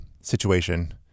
situation